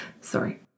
Sorry